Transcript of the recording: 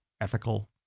ethical